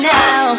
now